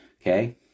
Okay